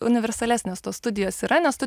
universalesnės tos studijos yra nes tu